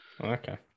Okay